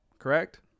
Correct